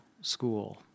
school